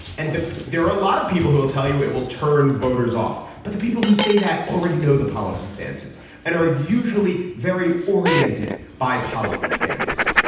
and there are a lot of people who will tell you it will turn voters off but the people who say that already know the policy stances and are usually very oriented by policy stances.